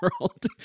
World